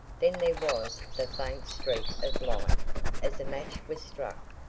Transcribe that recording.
then there was the faint streak of light as a match was struck,